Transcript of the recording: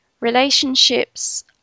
Relationships